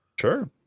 Sure